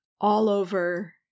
all-over